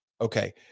Okay